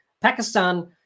Pakistan